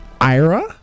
Ira